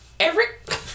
Eric